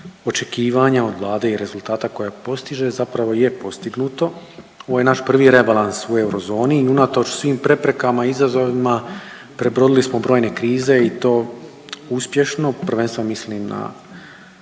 očekivanja od Vlade i rezultata koja postiže zapravo je postignuto. Ovo je naš prvi rebalans u eurozoni i unatoč svim preporukama i izazovima prebrodili smo brojne krize i to uspješno, prvenstveno mislim na